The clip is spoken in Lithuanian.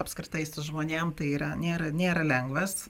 apskritai su žmonėm tai yra nėra nėra lengvas